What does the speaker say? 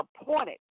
appointed